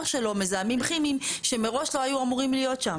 שלו מזהמים כימיים שמראש לא היו אמורים להיות שם.